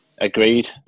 agreed